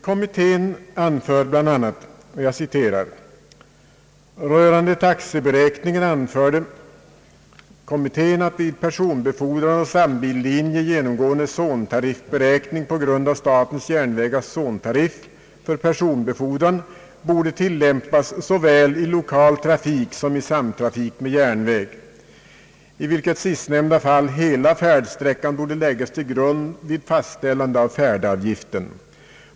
Kommittén anför bl.a.: »Rörande taxeberäkningen anser kommittén att vid personbefordran å stambillinje genomgående zontariffberäkning på grundval av statens järnvägars zontariff för personbefordran borde tillämpas såväl i lokal trafik som i samtrafik med järnväg, i vilket sistnämnda fall hela färdsträckan borde läggas till grund vid fastställande av färdavgiften.